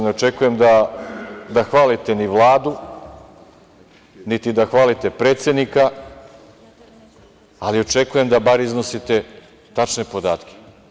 Ne očekujem da hvalite ni Vladu, niti da hvalite predsednika, ali očekujem da bar iznosite tačne podatke.